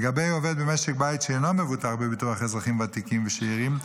לגבי עובד במשק בית שאינו מבוטח בביטוח אזרחים ותיקים ושארים,